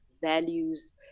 values